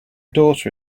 daughter